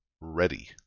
Ready